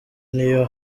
n’iyo